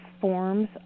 forms